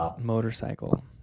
motorcycle